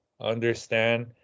understand